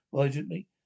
urgently